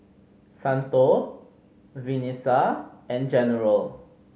Santo Venessa and General